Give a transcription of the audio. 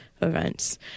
Events